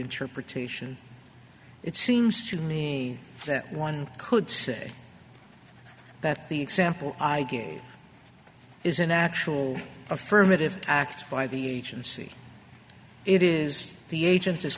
interpretation it seems to me that one could say that the example i gave is an actual affirmative act by the agency it is the agent is